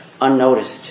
unnoticed